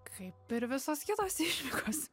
kaip ir visos kitos išvykos